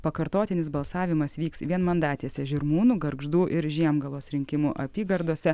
pakartotinis balsavimas vyks vienmandatėse žirmūnų gargždų ir žiemgalos rinkimų apygardose